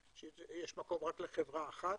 שיש מקום רק לחברה אחת,